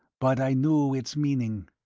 but i knew its meaning.